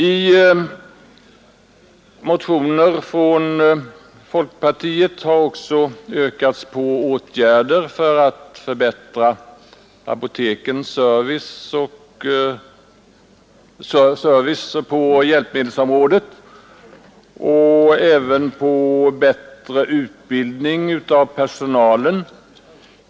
I motioner från folkpartiet har också yrkats på åtgärder för att förbättra apotekens service på hjälpmedelsområdet och även på bättre utbildning av personalen.